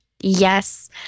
Yes